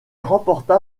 remporta